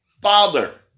Father